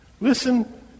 Listen